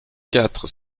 quatre